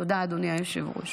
תודה, אדוני היושב-ראש.